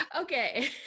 Okay